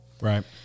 right